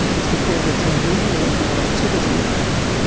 it's because they're transmitting electrical activity around.